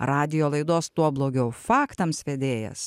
radijo laidos tuo blogiau faktams vedėjas